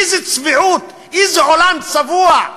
איזו צביעות, איזה עולם צבוע: